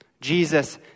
Jesus